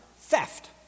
theft